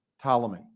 Ptolemy